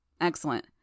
Excellent